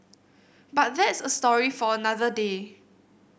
but that's a story for another day